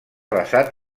basa